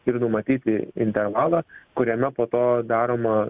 ir numatyti intervalą kuriame po to daroma